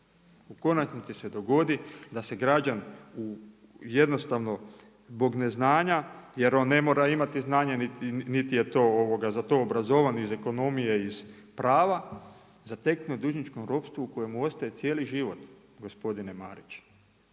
U konačnici se dogodi da se građana u jednostavno zbog neznanja, jer on ne mora imati znanje niti je za to obrazovan iz ekonomije, iz prava, zataknut u dužničkom ropstvu u kojem ostaje cijeli život, gospodine Marić.